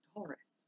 Taurus